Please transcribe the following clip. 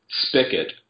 spigot